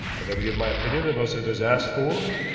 i never give my opinion unless it is asked for,